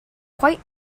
quite